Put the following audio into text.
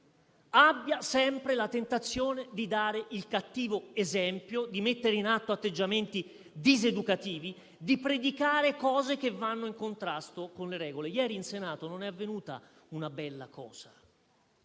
abbia sempre la tentazione di dare il cattivo esempio, di mettere in atto atteggiamenti diseducativi, di predicare cose che contrastano con le regole. Ieri in Senato non è avvenuta una bella cosa,